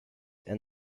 and